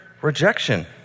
rejection